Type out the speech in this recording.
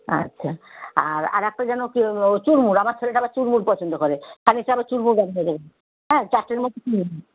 আচ্ছা আর আর একটা যেন কে ও চুরমুর আমার ছেলেটা আবার চুড়মুড় পছন্দ করে তাদেরকে আবার চুড়মুড় বানিয়ে দেবেন হ্যাঁ চারটের মতো চুড়মুড়